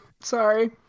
Sorry